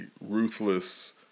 ruthless